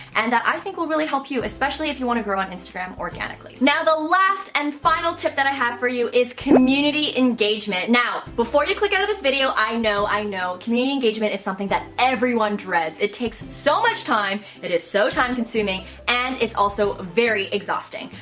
and that i think will really help you, especially if you want to grow on instagram organically. now, the last and final tip that i have for you is community engagement. now, before you click out of this video, i know, i know community engagement is something that everyone dreads. it takes so much time, it is so time consuming, and it's also very exhausting.